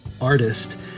artist